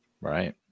right